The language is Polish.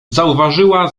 zauważyła